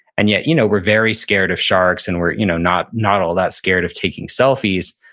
and yet, you know we're very scared of sharks and we're you know not not all that scared of taking selfies.